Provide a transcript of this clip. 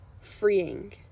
freeing